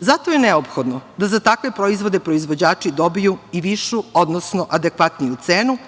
Zato je neophodno da za takve proizvode proizvođači dobiju i višu, odnosno adekvatniju cenu